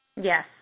Yes